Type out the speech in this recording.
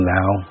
now